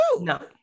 No